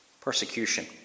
Persecution